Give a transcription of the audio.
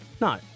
No